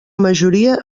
majoria